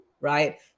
right